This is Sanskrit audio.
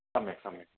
सम्यक् सम्यक्